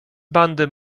bandy